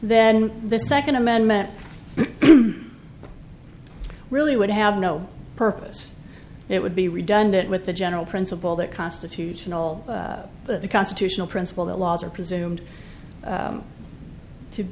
then the second amendment really would have no purpose it would be redundant with the general principle that constitutional the constitutional principle that laws are presumed